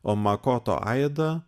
o makoto aida